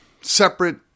separate